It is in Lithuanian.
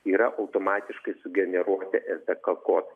yra automatiškai sugeneruoti es dė ka kodai